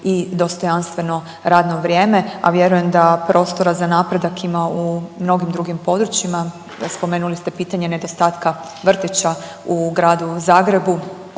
i dostojanstveno radno vrijeme, a vjerujem da prostora za napredak ima u mnogim drugim područjima. Spomenuli ste pitanje nedostatka vrtića u Gradu Zagrebu,